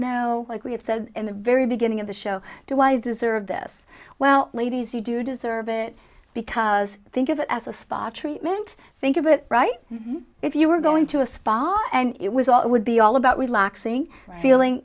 know like we have said in the very beginning of the show to wise deserve this well ladies you do deserve it because think of it as a spa treatment think of it right if you were going to a spa and it was all it would be all about relaxing feeling